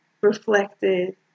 reflected